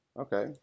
okay